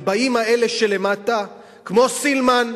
ובאים האלה שלמטה, כמו סילמן,